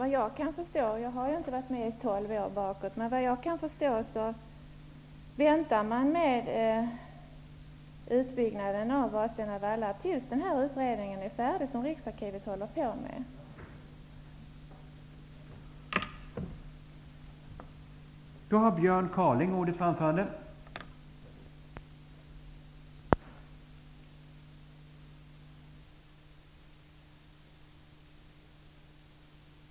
Vad jag kan förstå -- jag har inte varit med i tolv år -- väntar man med utbyggnaden av Vadstena vallar tills den utredning som Riksarkivet håller på med är färdig.